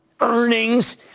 earnings